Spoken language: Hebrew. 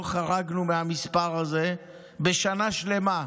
לא חרגנו מהמספר הזה בשנה שלמה.